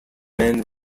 men